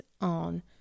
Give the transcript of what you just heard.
on